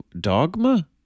Dogma